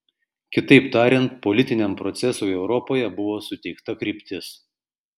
kitaip tariant politiniam procesui europoje buvo suteikta kryptis